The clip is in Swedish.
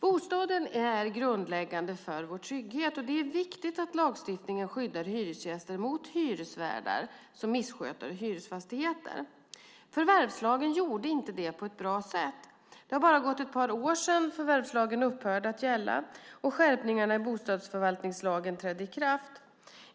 Bostaden är grundläggande för vår trygghet. Det är viktigt att lagstiftningen skyddar hyresgäster mot hyresvärdar som missköter hyresfastigheter. Förvärvslagen gjorde inte det på ett bra sätt. Det har bara gått ett par år sedan förvärvslagen upphörde att gälla och skärpningarna i bostadsförvaltningslagen trädde i kraft.